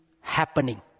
happening